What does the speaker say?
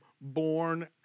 born